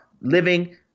living